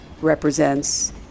represents